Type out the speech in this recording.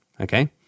Okay